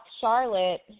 Charlotte